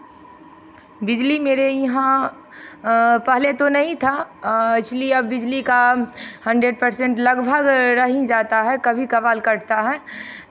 बिजली मेरे यहाँ पहले तो नहीं था ऐक्चुअली अब बिजली का हंड्रेड पर्सेंट लगभग रह ही जाता है कभी कभार कटता है